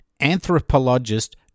Anthropologist